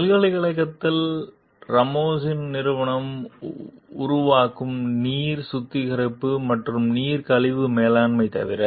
பல்கலைக்கழகத்தில் ராமோஸின் நிறுவனம் உருவாக்கும் நீர் சுத்திகரிப்பு மற்றும் நீர் கழிவு மேலாண்மை தவிர